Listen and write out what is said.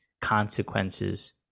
consequences